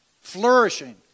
flourishing